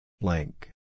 Blank